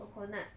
coconut